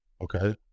Okay